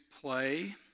play